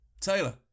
Taylor